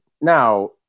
Now